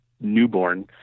newborn